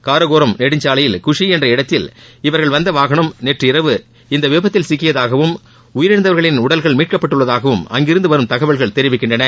காரக்கோரம் நெடுஞ்சாலையில் குஷி என்ற இடத்தில் இவர்கள் வந்த வாகனம் நேற்று இரவு இந்த விபத்தில் சிக்கியதாகவும் உயிரிழந்தவர்களின் உடல்கள் மீட்கப்பட்டுள்ளதாகவும் அங்கிருந்து வரும் தகவல்கள் தெரிவிக்கின்றன